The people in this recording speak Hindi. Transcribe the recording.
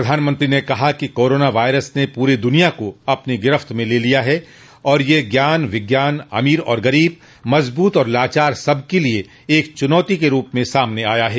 प्रधानमंत्री ने कहा कि कोरोना वायरस ने पूरी दुनिया को अपनी गिरफ्त में ले लिया है और यह ज्ञान विज्ञान अमीर और गरीब मजबूत और लाचार सब के लिए एक चूनौती के रूप में सामने आया है